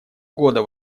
года